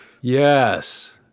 Yes